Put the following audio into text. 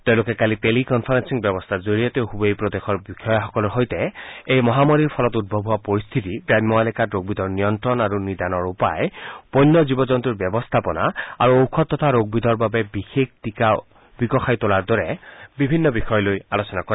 তেওঁলোকে কালি teleconferencing ব্যৱস্থাৰ জৰিয়তে ছবেই প্ৰদেশৰ বিষয়াসকলৰ সৈতে এই মহামাৰীৰ ফলত উদ্ভৱ হোৱা পৰিশ্বিতি গ্ৰাম্য এলেকাত ৰোগবিধৰ নিয়ল্লণ আৰু নিদানৰ উপায় বন্য জীৱ জল্তৰ ব্যৱস্থাপনা আৰু ঔষধ তথা ৰোগবিধৰ বাবে বিশেষ টীকা বিকশাই তোলাৰ দৰে বিভিন্ন বিষয় লৈ আলোচনা কৰে